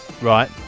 Right